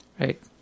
Right